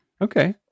Okay